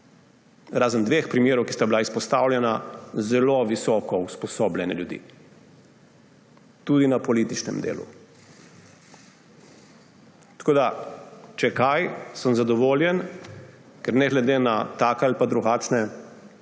razen dveh primerov, ki sta bila izpostavljena, zelo visoko usposobljene ljudi, tudi na političnem delu. Če kaj, sem zadovoljen, ker ne glede na take ali pa drugačne